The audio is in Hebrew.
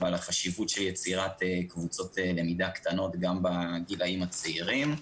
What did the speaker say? ועל החשיבות של יצירת קבוצות למידה קטנות גם בגילאים הצעירים.